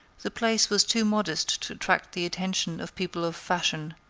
the place was too modest to attract the attention of people of fashion,